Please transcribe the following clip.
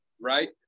Right